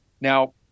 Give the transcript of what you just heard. Now